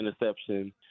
interception